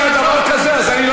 לא היה מקרה כזה אצלך.